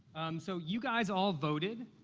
so, you guys all voted